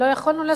לא יכולנו לעשות,